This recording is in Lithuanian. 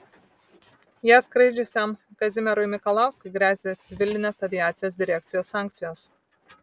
ja skraidžiusiam kazimierui mikalauskui gresia civilinės aviacijos direkcijos sankcijos